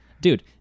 dude